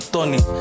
Tony